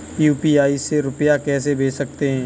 UPI से रुपया कैसे भेज सकते हैं?